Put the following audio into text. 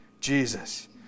Jesus